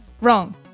Wrong